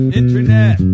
internet